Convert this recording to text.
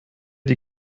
die